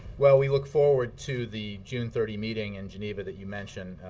well, we look forward to the june thirty meeting in geneva that you mention,